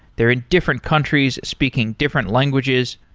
they're in different countries, speaking different languages.